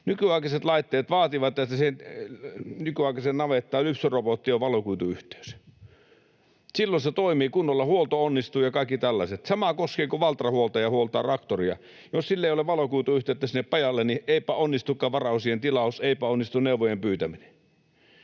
Nykyaikaiseen navettaan tarvitaan lypsyrobotti ja valokuituyhteys. Silloin se toimii kunnolla, huolto onnistuu ja kaikki tällaiset. Sama koskee sitä, kun Valtra-huoltaja huoltaa traktoria: jos sillä ei ole valokuituyhteyttä sinne pajalle, niin eipä onnistukaan varaosien tilaus, eipä onnistu neuvojen pyytäminen.